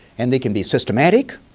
and they can be systematic.